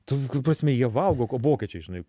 tu ta prasme jie valgo ko vokiečiai žinai